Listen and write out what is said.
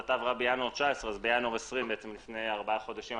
בינואר 20 לפני ארבעה חודשים,